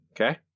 Okay